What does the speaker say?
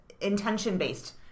intention-based